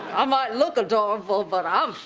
i'm not looking don't vote but